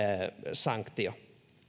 sanktio